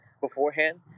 beforehand